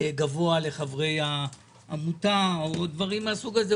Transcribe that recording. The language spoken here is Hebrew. גבוה לחברי העמותה או דברים מהסוג הזה.